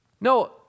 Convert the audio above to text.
No